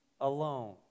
alone